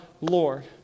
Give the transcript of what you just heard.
Lord